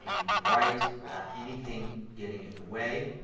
you can write without anything getting in the way.